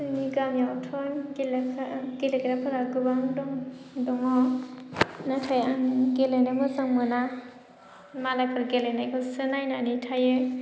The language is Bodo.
जोंनि गामिआवथ' गेलेग्रा गेलेग्राफोरा गोबां दङ नाथाय आङो गेलेनो मोजां मोना मालायफोर गेलेनायखौसो नायनानै थायो